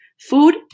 Food